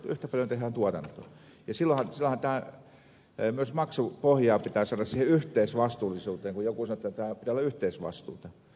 silloinhan myös maksupohjaa pitää saada siihen yhteisvastuullisuuteen kun joku sanoi että pitää olla yhteisvastuuta